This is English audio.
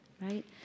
right